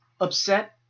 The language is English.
upset